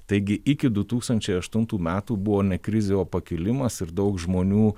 taigi iki du tūkstančiai aštuntų metų buvo ne krizė o pakilimas ir daug žmonių